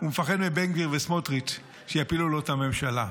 הוא מפחד מבן גביר ומסמוטריץ' שיפילו לו את הממשלה.